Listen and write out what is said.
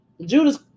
Judas